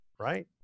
right